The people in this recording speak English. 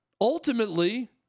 Ultimately